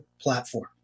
platform